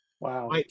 Wow